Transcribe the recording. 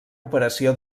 operació